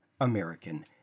American